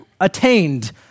attained